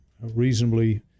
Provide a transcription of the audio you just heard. reasonably